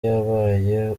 yabaye